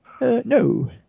No